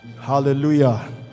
Hallelujah